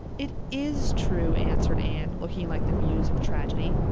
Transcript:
it is true, answered anne, looking like the muse of tragedy.